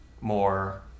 more